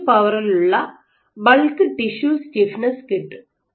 5 പവറിലുള്ള bulk tissue stiffness കിട്ടും